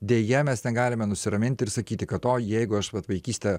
deja mes negalime nusiraminti ir sakyti kad o jeigu aš vat vaikystę